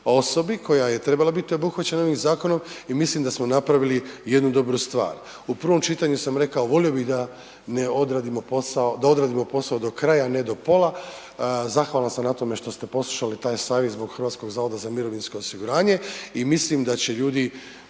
osobi koja je trebala biti obuhvaćena ovim zakonom i mislim da smo napravili jednu dobru stvar. U prvom čitanju sam rekao volio bi da ne odradimo posao, da odradimo posao do kraja, a ne do pola. Zahvalan sam na tome što ste poslušali taj savjet zbog HZMO-a i mislim da će ljudi